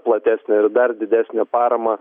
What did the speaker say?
platesnę ir dar didesnę paramą